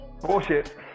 Bullshit